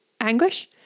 anguish